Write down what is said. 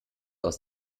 aus